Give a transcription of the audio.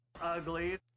Ugly